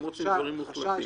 הם רוצים דברים מוחלטים.